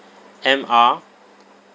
M R